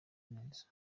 neza